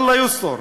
אללה יוסתור.